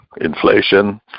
Inflation